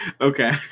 Okay